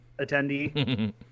attendee